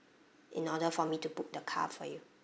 in order for me to book the car for you